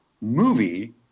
movie